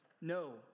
no